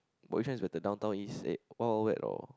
but which one is better Downtown-East eh Wild-Wild-Wet or